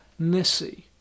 Nissi